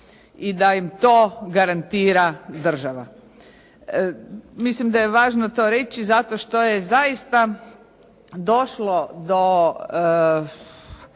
i da im to garantira država. Mislim da je važno to reći zato što je zaista došlo do